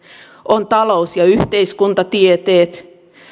on talous ja yhteiskuntatieteet